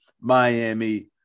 Miami